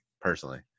personally